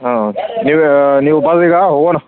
ಹಾಂ ನೀವು ನೀವು ಬಂದ್ರ ಈಗ ಹೋಗೋಣ